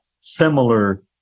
similar